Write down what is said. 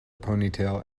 ponytail